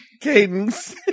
Cadence